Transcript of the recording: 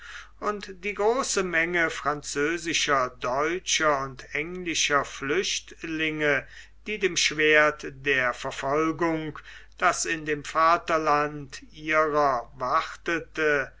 und die große menge französischer deutscher und englischer flüchtlinge die dem schwert der verfolgung das in dem vaterland ihrer wartete